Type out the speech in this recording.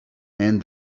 and